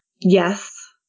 Yes